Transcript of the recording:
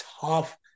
tough